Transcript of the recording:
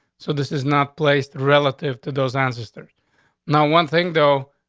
so this is not placed relative to those ancestors now, one thing, though,